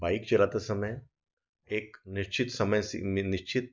bike चलाते समय एक निश्चित समय से निश्चित